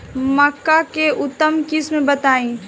मक्का के उन्नत किस्म बताई?